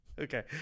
Okay